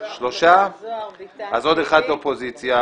אז רגע, אז עוד אחד מהקואליציה